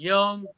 Young